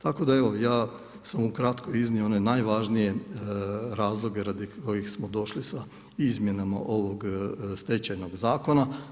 Tako da evo ja sam ukratko iznio one najvažnije razloge radi kojih smo došli sa izmjenama ovog Stečajnog zakona.